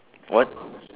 what